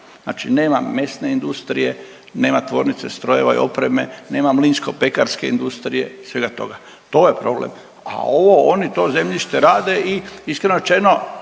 znači nema mesne industrije, nema tvornice strojeva i opreme, nema mlinsko-pekarske industrije i svega toga. To je problem, a ovo oni to zemljište rade i iskreno rečeno